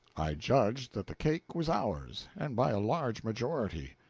i judged that the cake was ours, and by a large majority.